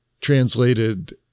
translated